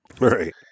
Right